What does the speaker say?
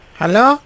Hello